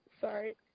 Sorry